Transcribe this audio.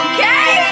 Okay